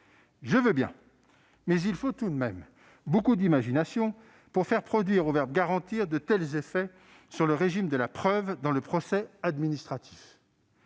Soit, mais il faut tout de même beaucoup d'imagination pour faire produire au verbe « garantir » de tels effets sur le régime de la preuve dans le procès administratif.